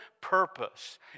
purpose